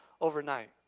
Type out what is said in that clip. overnight